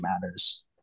matters